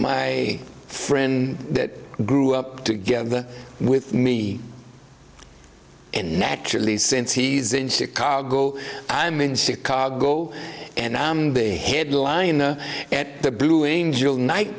my friend that grew up together with me and naturally since he's in chicago i'm in chicago and i'm the headliner at the